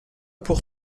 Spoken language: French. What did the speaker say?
pour